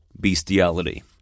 Bestiality